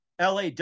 LAW